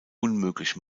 unmöglich